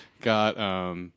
Got